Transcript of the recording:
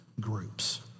groups